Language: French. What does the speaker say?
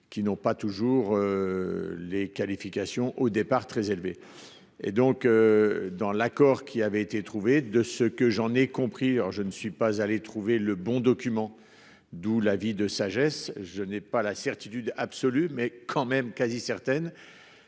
Qui n'ont pas toujours. Les qualifications au départ très élevés et donc. Dans l'accord qui avait été trouvé de ce que j'en ai compris alors je ne suis pas allée trouver le bon document.-- D'où la vie de sagesse. Je n'ai pas la certitude absolue mais quand même quasi certaine